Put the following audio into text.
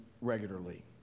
regularly